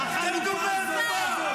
תפסיקו לעשות מהם מופע.